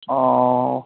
ꯑꯣ